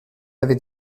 avec